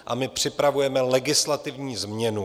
A my připravujeme legislativní změnu.